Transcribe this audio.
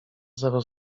zero